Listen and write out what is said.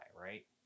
right